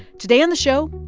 today on the show,